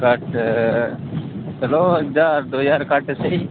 घट्ट चलो ज्हार दो ज्हार घट्ट सेही